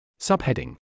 Subheading